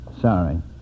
Sorry